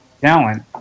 talent